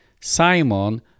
Simon